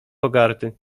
pogardy